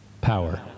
Power